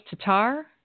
Tatar